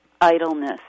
idleness